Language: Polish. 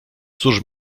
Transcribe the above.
cóż